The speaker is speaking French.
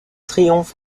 triomphe